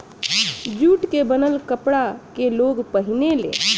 jute के बनल कपड़ा के लोग पहिने ले